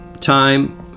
time